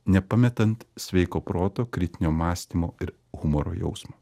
nepametant sveiko proto kritinio mąstymo ir humoro jausmo